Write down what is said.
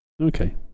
Okay